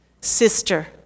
sister